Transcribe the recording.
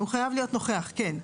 הוא חייב להיות נוכח, כן.